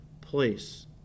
place